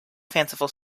fanciful